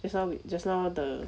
just now we just now the